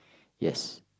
yes